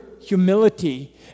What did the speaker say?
humility